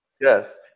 Yes